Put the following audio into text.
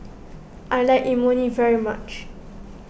I like Imoni very much